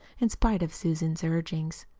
in spite of susan's urgings.